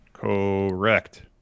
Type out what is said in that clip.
Correct